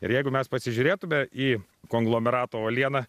ir jeigu mes pasižiūrėtume į konglomerato uolieną